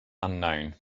unknown